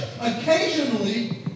Occasionally